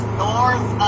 north